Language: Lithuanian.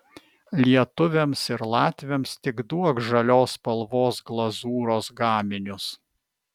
lietuviams ir latviams tik duok žalios spalvos glazūros gaminius